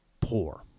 poor